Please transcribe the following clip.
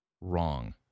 wrong